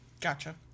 Gotcha